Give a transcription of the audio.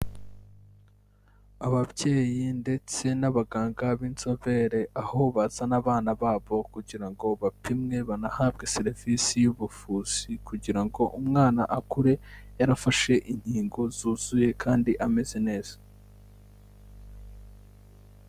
Ababyeyi ndetse n'abaganga b'inzobere aho bazana abana babo kugirango bapimwe banahabwe serivisi y'ubuvuzi, kugirango umwana akure yarafashe inkingo zuzuye kandi ameze neza.